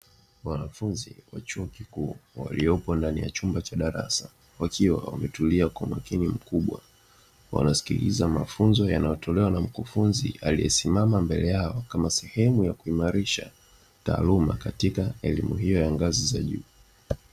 Wanafunzi wa chuo kikuu waliopo ndani ya chumba cha darasa, wakiwa wametulia kwa umakini mkubwa wanasikiliza mafunzo yanayotolewa na mkufunzi aliyesimama mbele yao, kama sehemu ya kuimarisha taaluma katika elimu hiyo ya ngazi za juu.